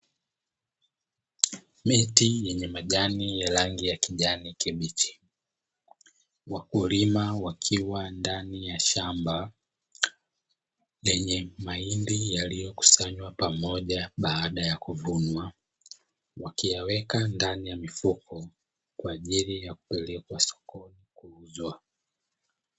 Miti yenye majani ya rangi ya kijani kibichi, wakulima wakiwa ndani ya shamba lenye mahindi yaliyokusanywa pamoja baada ya kuvunwa, wakiyaweka ndani ya mifuko kwa ajili ya kupelekwa sokoni kuuzwa.